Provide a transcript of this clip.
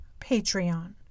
Patreon